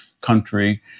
country